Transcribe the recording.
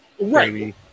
right